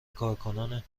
کارکنان